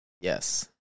yes